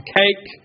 cake